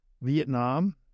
Vietnam